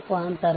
ಸಿಗುತ್ತದೆ